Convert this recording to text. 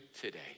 today